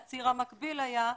הציר המקביל היה,